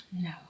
no